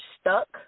stuck